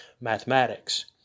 mathematics